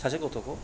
सासे गथ'खौ